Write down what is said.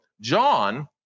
John